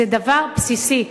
זה דבר בסיסי.